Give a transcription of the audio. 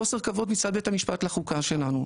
חוסר כבוד מצד בית המשפט לחוקה שלנו,